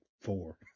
four